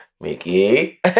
Mickey